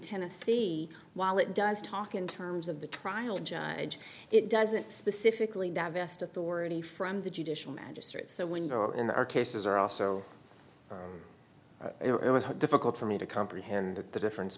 tennessee while it does talk in terms of the trial judge it doesn't specifically divest authority from the judicial magistrate so window in our cases are also difficult for me to comprehend the difference